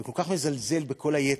וכל כך מזלזל בכל היתר,